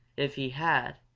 if he had,